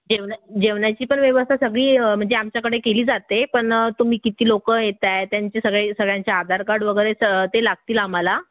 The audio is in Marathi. जेवना जेवणाची पण व्यवस्था सगळी म्हणजे आमच्याकडे केली जाते पण तुम्ही किती लोक येताय त्यांचे सगळे सगळ्यांचे आधार कार्ड वगैरे स ते लागतील आम्हाला